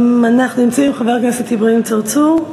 אנחנו נמצאים עם חבר הכנסת אברהים צרצור,